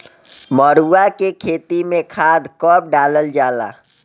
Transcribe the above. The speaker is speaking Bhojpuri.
मरुआ के खेती में खाद कब डालल जाला?